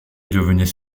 devenaient